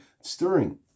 stirring